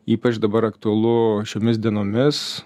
ypač dabar aktualu šiomis dienomis